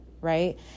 right